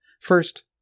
First